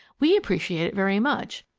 we appreciate it very much.